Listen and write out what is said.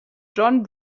jon